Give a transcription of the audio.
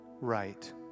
right